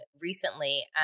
recently